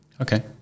Okay